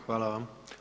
Hvala vam.